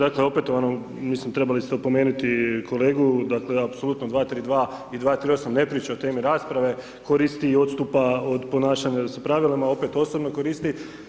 Dakle, opetovano, mislim, trebali ste opomenuti kolegu, dakle, apsolutno 232. i 238. ne priča o temi rasprave, koristi i odstupa od ponašanja s pravilima, opet osobno koristi.